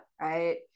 Right